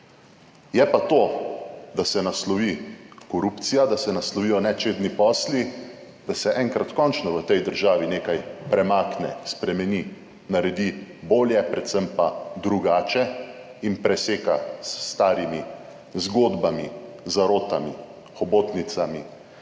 Ker pa to, da se naslovi korupcija, da se naslovijo nečedni posli, da se enkrat končno v tej državi nekaj premakne, spremeni, naredi bolje, predvsem pa drugače in preseka s starimi zgodbami, zarotami, hobotnicami